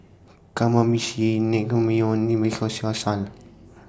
Kamameshi Naengmyeon